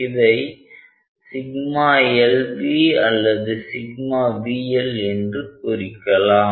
இதை LV அல்லது VLஎன்று குறிக்கலாம்